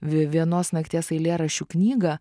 v vienos nakties eilėraščių knygą